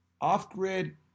Off-grid